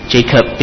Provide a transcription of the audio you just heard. Jacob